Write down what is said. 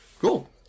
Cool